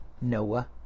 Noah